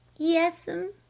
yes'm,